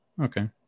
okay